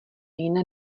jiné